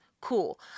Cool